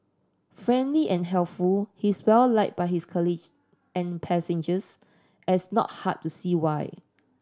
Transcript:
friendly and helpful he is well liked by his colleague and passengers as not hard to see why